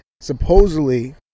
supposedly